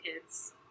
kids